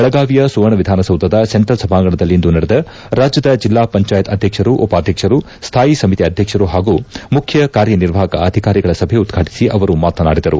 ಬೆಳಗಾವಿಯ ಸುವರ್ಣ ವಿಧಾನಸೌಧದ ಸೆಂಟ್ರಲ್ ಸಭಾಂಗಣದಲ್ಲಿಂದು ನಡೆದ ರಾಜ್ಯದ ಜಿಲ್ಲಾ ಪಂಚಾಯತ್ ಅಧ್ಯಕ್ಷರು ಉಪಾಧ್ಯಕ್ಷರು ಸ್ನಾಯಿ ಸಮಿತಿ ಅಧ್ಯಕ್ಷರು ಹಾಗೂ ಮುಖ್ಯ ಕಾರ್ಯನಿರ್ವಾಹಕ ಅಧಿಕಾರಿಗಳ ಸಭೆ ಉದ್ವಾಟಿಸಿ ಅವರು ಮಾತನಾಡಿದರು